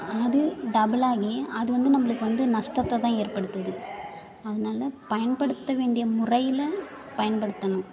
அது டபுள் ஆகி அது வந்து நம்மளுக்கு வந்து நஷ்டத்தைதான் ஏற்படுத்துது அதனால் பயன்படுத்த வேண்டிய முறையில் பயன்படுத்தணும்